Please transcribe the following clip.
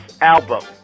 album